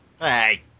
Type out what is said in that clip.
Hey